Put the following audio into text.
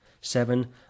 Seven